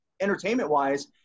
entertainment-wise